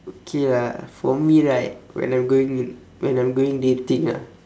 okay lah for me right when I'm going d~ when I'm going dating ah